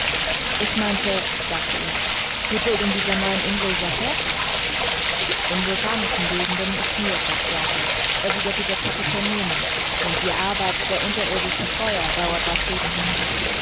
ich meinte sagte ich die bildung dieser neuen inseln sei fertig in vulkanischen gegenden ist nie etwas fertig erwiderte der kapitän nemo und die arbeit der unterirdischen feuer dauert da stets fort